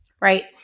Right